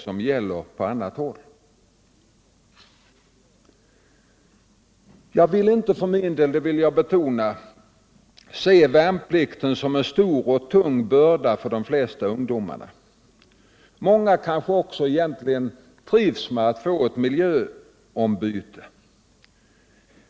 Jag vill betona att jag inte ser värnplikten som en stor och tung börda för de flesta ungdomar. Många kanske också trivs med ett miljöombyte.